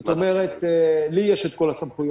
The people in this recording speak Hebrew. זאת אומרת, לי יש את כל הסמכויות,